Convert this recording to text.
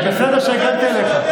זה בסדר שהגנתי עליך.